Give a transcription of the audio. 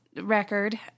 record